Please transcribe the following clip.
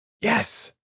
Yes